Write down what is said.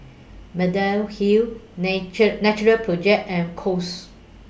Mediheal Nature Natural Project and Kose